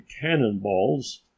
cannonballs